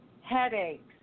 Headaches